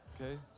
okay